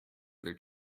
their